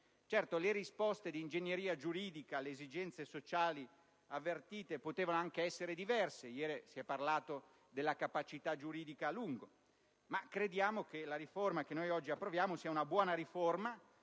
Certo, le risposte di ingegneria giuridica alle esigenze sociali avvertite potevano anche essere diverse. Ieri, si è parlato a lungo della capacità giuridica, ma crediamo che la riforma che oggi approviamo sia una buona riforma